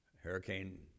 hurricane